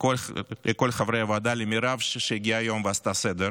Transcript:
לכל חברי הוועדה, למירב, שהגיעה היום ועשתה סדר